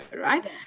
right